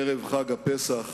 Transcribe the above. ערב חג הפסח